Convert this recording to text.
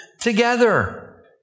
together